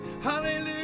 Hallelujah